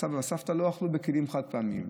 הסבא והסבתא לא אכלו בכלים חד-פעמיים.